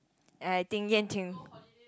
and I think Yan-Ting